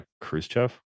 Khrushchev